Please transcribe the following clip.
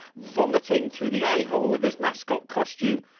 vomiting through the eyehole of his mascot costume,